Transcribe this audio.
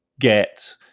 get